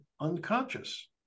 unconscious